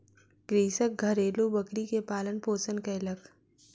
कृषक घरेलु बकरी के पालन पोषण कयलक